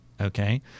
Okay